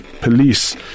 police